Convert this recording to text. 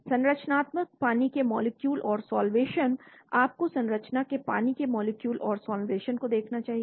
संरचनात्मक पानी के मॉलिक्यूल और साल्वेशन आपको संरचना के पानी के मॉलिक्यूल और साल्वेशन को देखना चाहिए